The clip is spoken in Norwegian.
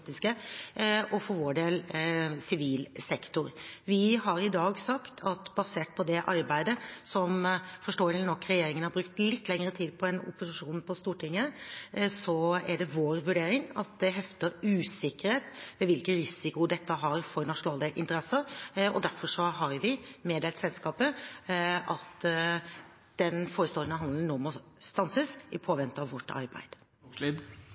og for vår del, sivil sektor. Vi har i dag sagt at basert på det arbeidet – som, forståelig nok, regjeringen har brukt litt lengre tid på enn opposisjonen på Stortinget – er det vår vurdering at det hefter usikkerhet ved hvilken risiko dette har for nasjonale interesser. Derfor har vi meddelt selskapet at den forestående handelen nå må stanses, i påvente av vårt arbeid.